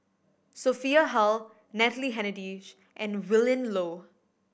Sophia Hull Natalie Hennedige and Willin Low